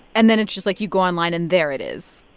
and then it's just like, you go online, and there it is.